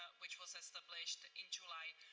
which was established in july,